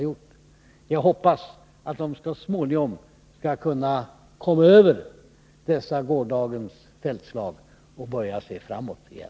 Jag hoppas att de så småningom skall kunna komma över dessa gårdagens fältslag och börja se framåt igen.